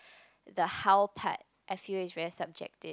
the how part I feel it's very subjective